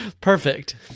perfect